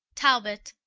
talbot,